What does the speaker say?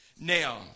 Now